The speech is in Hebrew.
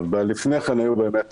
לפני כן היו באמת